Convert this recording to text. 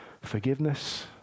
forgiveness